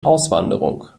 auswanderung